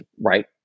right